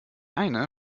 eine